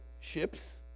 ships